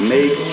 Make